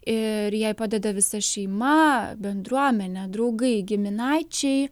ir jai padeda visa šeima bendruomenė draugai giminaičiai